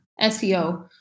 seo